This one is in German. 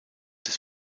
des